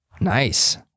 Nice